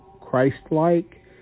Christ-like